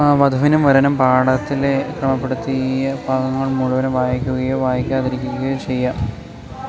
ആ വധുവിനും വരനും പാഠത്തിലെ ക്രമപ്പെടുത്തിയ ഭാഗങ്ങൾ മുഴുവൻ വായിക്കുകയോ വായിക്കാതിരിക്കുകയോ ചെയ്യാം